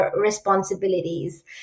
responsibilities